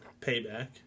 payback